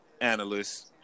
analysts